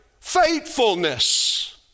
Faithfulness